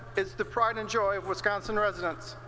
is the pride and joy of wisconsin residents.